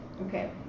Okay